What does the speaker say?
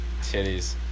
Titties